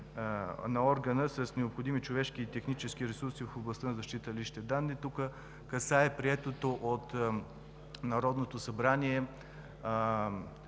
на органа с необходимия човешки и технически ресурс в областта на защитата на личните данни, което касае приетото от Народното събрание